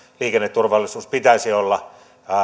liikenneturvallisuuden pitäisi olla